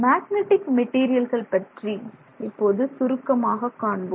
magnetic மெட்டீரியல்கள் பற்றி இப்போது சுருக்கமாக காண்போம்